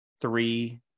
three